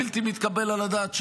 בלתי מתקבל על הדעת,